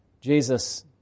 Jesus